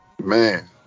Man